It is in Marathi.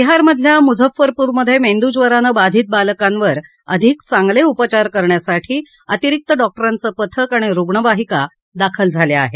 बिहारमधल्या मुझफ्फपूरमधे मेंदूज्वरानं बाधित बालकांवर अधिक चांगले उपचार करण्यासाठी अतिरिक्त डॉक्टराघं पथक आणि रुग्णवाहिका दाखल करण्यात आल्या आहेत